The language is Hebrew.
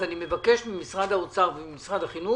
עד אז אני מבקש ממשרד האוצר וממשרד החינוך